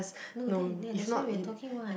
no that ya that's why we are talking [what]